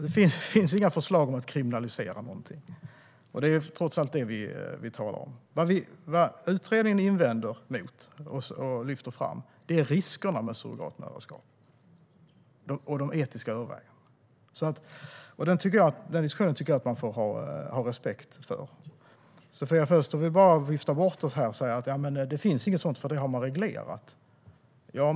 Det finns inga sådana förslag. Det är trots allt detta vi talar om. Det som utredningen invänder emot och lyfter fram är riskerna med surrogatmoderskap och de etiska övervägandena. Den diskussionen tycker jag att man får ha respekt för. Sofia Fölster vill bara vifta bort oss här. Hon säger att det inte finns något sådant, utan det har man reglerat.